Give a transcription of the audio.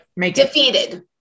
Defeated